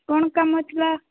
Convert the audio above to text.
କ'ଣ କାମ ଥିଲା